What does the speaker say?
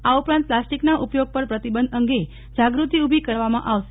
આ ઉપરાંત પ્લાસ્ટિકના ઉપયોગ પર પ્રતિબંધ અંગે જાગૃતિ ઉભી કરવામાં આવશે